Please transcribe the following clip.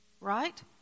right